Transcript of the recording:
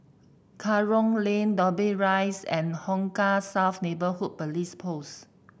Kerong Lane Dobbie Rise and Hong Kah South Neighbourhood Police Post